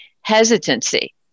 hesitancy